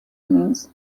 means